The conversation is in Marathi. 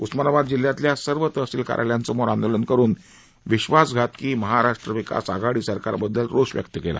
उस्मानाबाद जिल्ह्यातल्या सर्व तहसील कार्यालयांसमोर आंदोलन करून विश्वास घातकी महाराष्ट्र विकास आघाडी सरकार बददल रोष व्यक्त केला